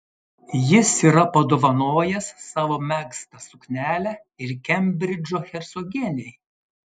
jis yra padovanojęs savo megztą suknelę ir kembridžo hercogienei